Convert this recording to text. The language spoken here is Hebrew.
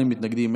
אין מתנגדים,